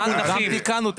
תיקנו .